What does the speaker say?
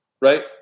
right